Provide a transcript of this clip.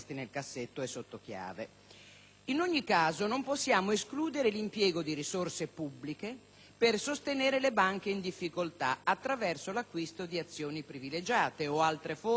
In ogni caso, non possiamo escludere l'impiego di risorse pubbliche per sostenere le banche in difficoltà attraverso l'acquisto di azioni privilegiate o altre forme di intervento pubblico.